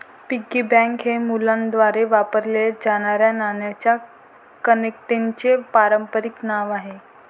piggy bank हे मुलांद्वारे वापरल्या जाणाऱ्या नाण्यांच्या कंटेनरचे पारंपारिक नाव आहे